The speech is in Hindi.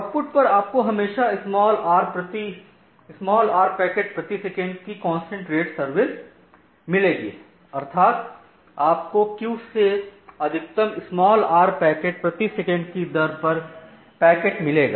आउटपुट पर आपको हमेशा r पैकेट प्रति सेकंड की कांस्टेंट रेट सर्विस मिलेगी अर्थात आपको क्यू से अधिकतम r पैकेट प्रति सेकंड कि दर पर पैकेट मिलेगा